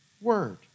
Word